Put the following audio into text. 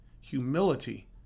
humility